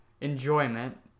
enjoyment